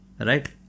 right